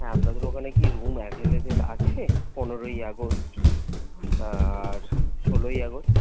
হ্যাঁ আপনাদের ওখানে কি রুম অ্যাভেলেবেল আছে পনেরোই আগস্ট আর ষোলোই আগস্ট